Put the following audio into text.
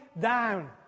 down